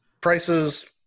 prices